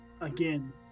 again